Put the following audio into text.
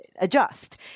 adjust